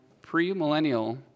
pre-millennial